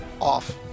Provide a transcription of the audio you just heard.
off